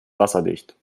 wasserdicht